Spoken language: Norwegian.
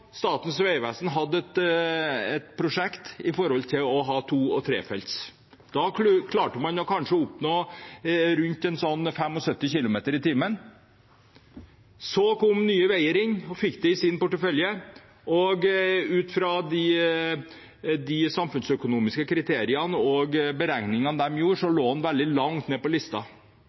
Da klarte man kanskje å oppnå rundt 75 kilometer i timen. Så kom Nye Veier inn og fikk det i sin portefølje, og ut fra de samfunnsøkonomiske kriteriene og beregningene de gjorde, lå den veldig langt nede på lista.